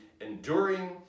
enduring